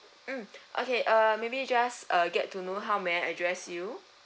mm okay uh maybe just uh get to know how may I address you